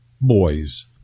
boys